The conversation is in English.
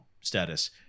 status